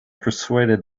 persuaded